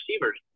receivers